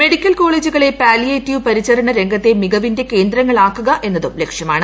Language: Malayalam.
മെഡിക്കൽ കോളേജുകളെ പാലിയേറ്റീവ് പരിചരണ രംഗത്തെ മികവിന്റെ കേന്ദ്രങ്ങളാക്കുക എന്നതും ലക്ഷ്യമാണ്